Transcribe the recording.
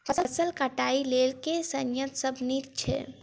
फसल कटाई लेल केँ संयंत्र सब नीक छै?